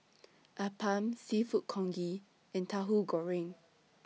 Appam Seafood Congee and Tahu Goreng